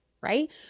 right